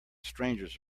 strangers